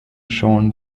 shown